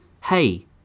Hey